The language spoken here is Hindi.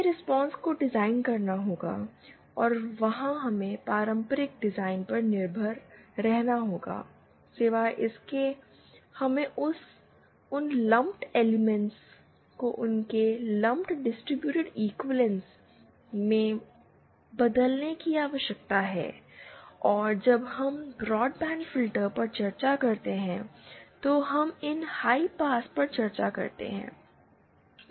हमें रिस्पांस को डिज़ाइन करना होगा और वहां हमें पारंपरिक डिज़ाइन पर निर्भर रहना होगा सिवाए इसके कि हमें उन लंप्ड एलिमेंट को उनके लंप्ड डिस्ट्रीब्यूटेड इक्विवेलेंस में बदलने की आवश्यकता है और जब हम ब्रॉडबैंड फिल्टर पर चर्चा करते हैं तो हम इस हाई पास पर चर्चा करेंगे